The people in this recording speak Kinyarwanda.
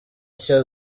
nshya